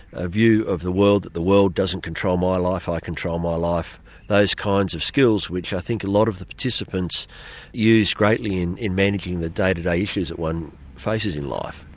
a view of the world that the world doesn't control my life, i control my life those kinds of skills, which i think a lot of the participants use greatly in in managing the day-to-day issues that one faces in life,